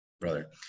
brother